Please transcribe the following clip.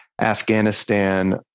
Afghanistan